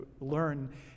learn